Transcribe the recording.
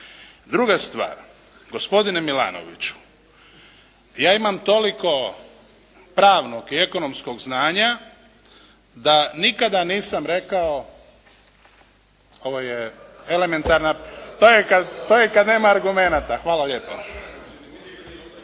Druga stvar, gospodine Milanoviću ja imam toliko pravnog i ekonomskog znanja da nikada nisam rekao ovo je elementarna. …/Upadica se ne čuje./… To je kad nema argumenata. Hvala lijepo.